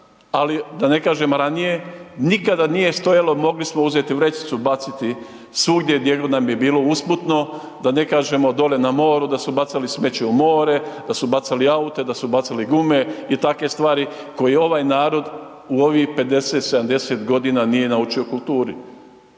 ali da ne kažem ranije, nikada nije stojalo, mogli smo uzeti vrećicu, baciti svugdje gdje god nam je bilo usputno, da ne kažemo dole na moru da su bacali smeće u more, da su bacali aute, da su bacali gume i takve stvari koje ovaj narod u ovih 50-70.g. nije naučio kulturi.